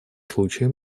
случае